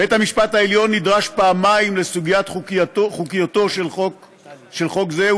בית-המשפט העליון נדרש פעמיים לסוגיית חוקיותו של חוק זה,